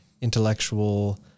intellectual